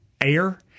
air